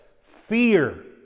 fear